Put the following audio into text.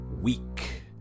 weak